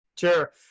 sure